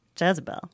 jezebel